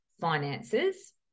Finances